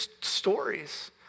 stories